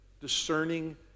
Discerning